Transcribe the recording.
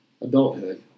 adulthood